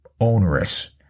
onerous